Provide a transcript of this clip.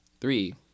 Three